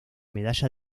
medalla